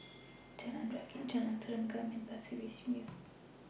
Jalan Rakit Jalan Serengam and Pasir Ris View